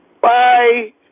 Bye